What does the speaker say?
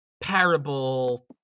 parable